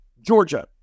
Georgia